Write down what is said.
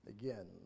again